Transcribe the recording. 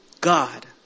God